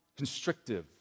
constrictive